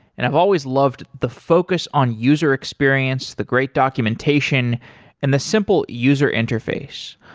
and i've always loved the focus on user experience, the great documentation and the simple user interface.